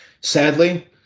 Sadly